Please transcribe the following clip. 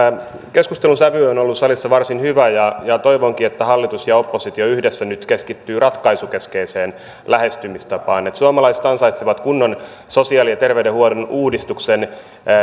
keskustelun sävy on ollut salissa varsin hyvä ja ja toivonkin että hallitus ja oppositio yhdessä nyt keskittyvät ratkaisukeskeiseen lähestymistapaan suomalaiset ansaitsevat kunnon sosiaali ja terveydenhuollon uudistuksen